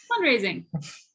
Fundraising